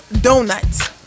donuts